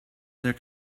their